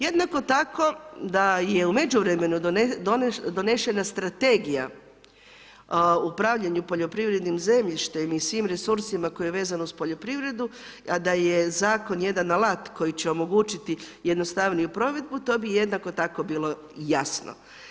Jednako tako da je u međuvremenu donešena strategija upravljanju poljoprivrednim zemljištem i svim resursima koje je vezano uz poljoprivredu, a da je zakon jedan alat koji će omogućiti jednostavniju provedbu, to bi jednako tako bilo jasno.